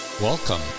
Welcome